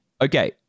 Okay